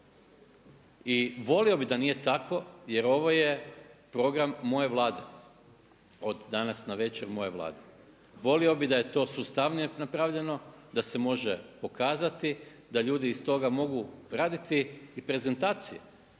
I volio bi da nije tako jer ovo je program moje Vlade, od danas navečer moje Vlade. Volio bih da je to sustavnije napravljeno, da se može pokazati da ljudi iz toga mogu graditi i prezentacije.